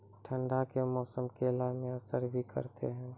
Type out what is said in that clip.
ठंड के मौसम केला मैं असर भी करते हैं?